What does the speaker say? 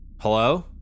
Hello